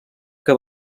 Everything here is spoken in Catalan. que